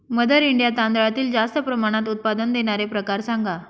mother India तांदळातील जास्त प्रमाणात उत्पादन देणारे प्रकार सांगा